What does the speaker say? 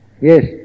Yes